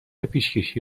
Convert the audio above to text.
پیشکشی